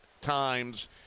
times